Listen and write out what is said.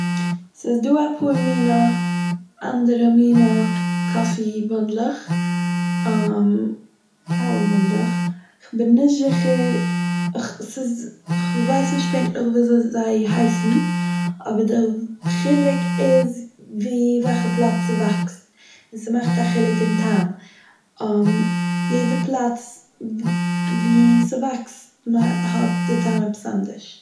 ס'איז דא אפאר מינע אנדערע מינע קאפי בונדלעך, קאווע בונדלעך, כ'בין נישט זיכער, איך ס'- איך ווייס נישט פונקטליך ווי אזוי זיי הייסן, אבער די חילוק איז ווי וועלכע פלאץ ס'וואקסט, און ס'מאכט א חילוק אין טעם, יעדע פלאץ ווי ס'וואקסט מא- האט די טעם עפעס אנדערש.